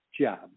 job